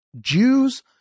Jews